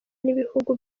n’ibihugu